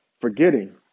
Forgetting